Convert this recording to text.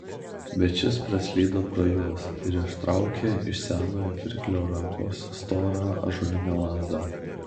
bet šis praslydo pro juos ir ištraukė iš senojo pirklio rankos storą ąžuolinę lazdą